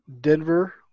Denver